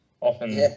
often